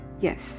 Yes